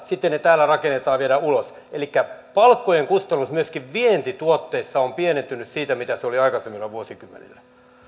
sitten ne täällä rakennetaan ja viedään ulos elikkä palkkojen kustannus myöskin vientituotteissa on pienentynyt siitä mitä se oli aikaisemmilla vuosikymmenillä